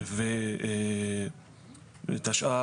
ואת השאר,